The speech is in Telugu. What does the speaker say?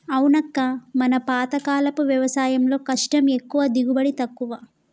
అవునక్క మన పాతకాలపు వ్యవసాయంలో కష్టం ఎక్కువ దిగుబడి తక్కువ